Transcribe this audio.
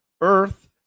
Earth